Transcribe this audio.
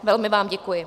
Velmi vám děkuji.